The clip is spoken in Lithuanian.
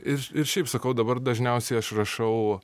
ir ir šiaip sakau dabar dažniausiai aš rašau